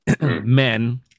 Men